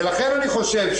ולכן אני חושב,